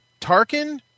Tarkin